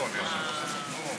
אדוני